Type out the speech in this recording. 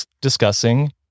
discussing